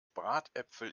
bratäpfel